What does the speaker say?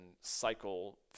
cycle